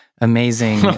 amazing